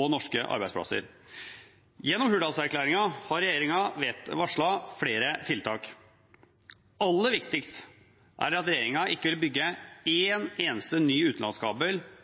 og norske arbeidsplasser. I Hurdalsplattformen har regjeringen varslet flere tiltak. Aller viktigst er at regjeringen ikke vil bygge en eneste ny utenlandskabel